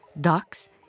ducks